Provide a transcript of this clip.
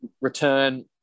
return